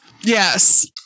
yes